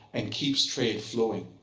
and keeps trade flowing.